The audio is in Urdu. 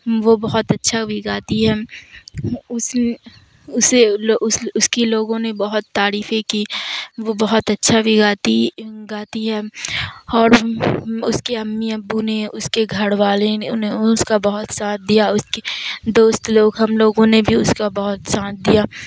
وہ بہت اچھا بھی گاتی ہے اس اسے اس کی لوگوں نے بہت تعڑیفیں کی وہ بہت اچھا بھی گاتی گاتی ہے اور اس کے امی ابو نے اس کے گھڑ والے نے انہیں اس کا بہت ساتھ دیا اس کی دوست لوگ ہم لوگوں نے بھی اس کا بہت سانتھ دیا